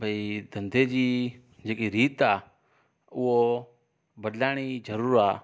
भई धंधे जी जेकी रीति आहे उहो बदलाइण जी जरूरत आहे